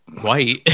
white